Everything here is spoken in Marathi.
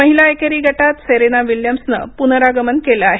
महिला एकेरी गटांत सेरेना विलिअम्सनं पुनरागमन केलं आहे